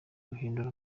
guhindura